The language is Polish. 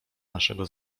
naszego